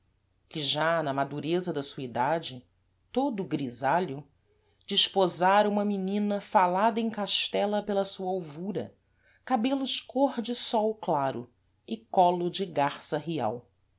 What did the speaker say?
que já na madureza da sua idade todo grisalho desposara uma menina falada em castela pela sua alvura cabelos côr de sol claro e colo de garça rial